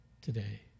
today